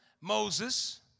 Moses